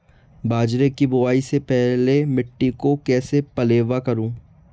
बाजरे की बुआई से पहले मिट्टी को कैसे पलेवा करूं?